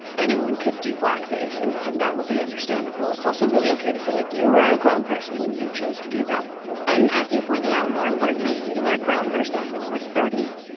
anyone could do blackface. and and that would be understandable. it's also really ok to say, like you were a grown person when you chose to do that and as you pointed out, more importantly, you were a grown person when you were thirty.